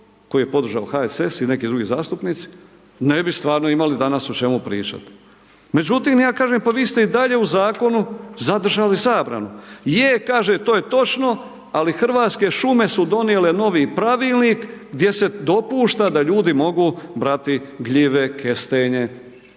koji je podržao HSS i neki drugi zastupnici, ne bi stvarno imali danas o čemu pričat. Međutim, ja kažem, pa vi ste i dalje u zakonu zadržali zabranu, je kaže to je točno, ali Hrvatske šume su donijele novi pravilnik gdje se dopušta da ljudi mogu brati gljive, kestenje